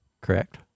correct